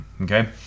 okay